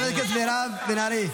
חברת הכנסת מירב בן ארי.